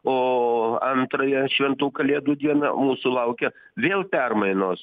o antrąją šventų kalėdų dieną mūsų laukia vėl permainos